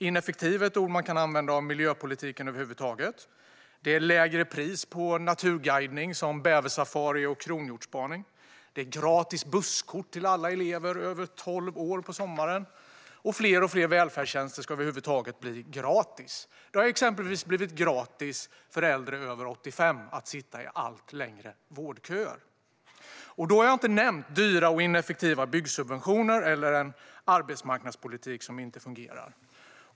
Ineffektiv är ett ord som kan användas om miljöpolitiken över huvud taget. Det är lägre pris på naturguidning, som bäversafari och kronhjortsspaning. Det är gratis busskort till alla elever över tolv år på sommaren. Allt fler välfärdstjänster över huvud taget ska bli gratis. Det har exempelvis blivit gratis för äldre över 85 att sitta i allt längre vårdköer. Då har jag inte nämnt dyra och ineffektiva byggsubventioner eller en arbetsmarknadspolitik som inte fungerar.